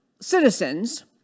citizens